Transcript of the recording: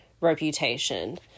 reputation